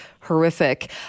horrific